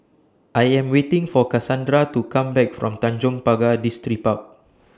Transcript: I Am waiting For Casandra to Come Back from Tanjong Pagar Distripark